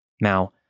Now